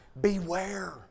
Beware